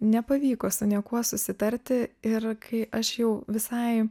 nepavyko su niekuo susitarti ir kai aš jau visai